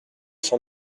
cent